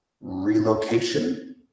relocation